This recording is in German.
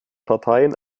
parteien